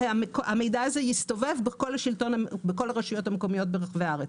שהמידע הזה יסתובב בכל הרשויות המקומיות ברחבי הארץ,